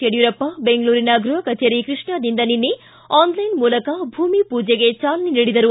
ಯಡಿಯೂರಪ್ಪ ಬೆಂಗಳೂರಿನ ಗೃಹ ಕಚೇರಿ ಕೃಷ್ಣಾದಿಂದ ನಿನ್ನೆ ಆನ್ಲೈನ್ ಮೂಲಕ ಭೂಮಿ ಪೂಜೆಗೆ ಚಾಲನೆ ನೀಡಿದರು